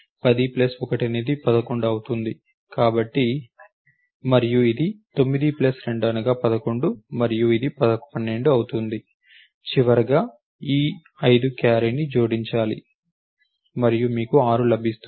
10 plus 1 అనునది 11 అవుతుంది మరియు ఇది ఇక్కడ 9 ప్లస్ 2 అనగా 11 మరియు ఇది 12 అవుతుంది మరియు చివరకు ఈ 5 ని క్యారీకి జోడించాలి మరియు మీకు 6 లభిస్తుంది